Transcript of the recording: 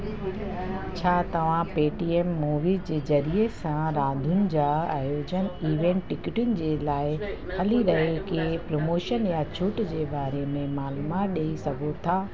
छा तव्हां Paytm movies जे ज़रिए सां रांधियुनि जा आयोजन इवेंट टिकटुनि जे लाइ हली रहे कंहिं प्रमोशन या छूट जे बारे में मालूमात ॾई सघो था